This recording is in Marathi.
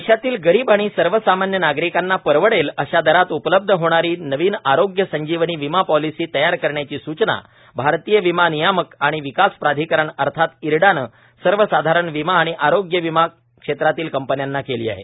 देशातील गरीब आणि सर्वसामान्य नागरिकांना परवडेल अशा दरात उपलब्ध होणारी नवीन आरोग्य संजीवनी विमा पॉलिसी तयार करण्याची सूचना भारतीय विमा नियामक आणि विकास प्राधिकरण अर्थात इरडानं सर्वसाधारण विमा आणि आरोग्य विमा क्षेत्रातील कंपन्यांना केली आहे